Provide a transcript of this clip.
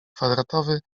kwadratowy